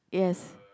yes